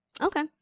Okay